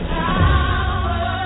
power